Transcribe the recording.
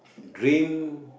dream